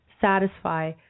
satisfy